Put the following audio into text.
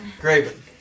Graven